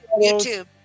YouTube